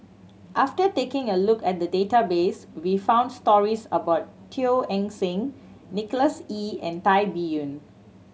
after taking a look at the database we found stories about Teo Eng Seng Nicholas Ee and Tan Biyun